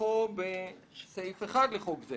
כנוסחו בסעיף 1 לחוק זה"